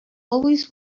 always